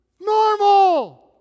normal